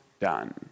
done